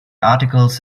articles